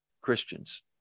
Christians